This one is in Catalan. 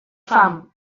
fam